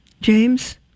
James